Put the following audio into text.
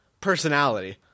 personality